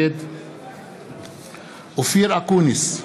נגד אופיר אקוניס,